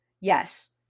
Yes